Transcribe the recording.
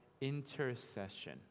intercession